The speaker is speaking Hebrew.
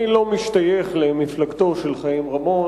אני לא משתייך למפלגתו של חיים רמון,